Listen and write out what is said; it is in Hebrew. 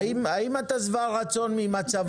האם אתה שבע רצון ממצב.